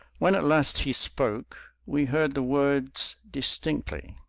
when at last he spoke we heard the words distinctly.